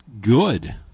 good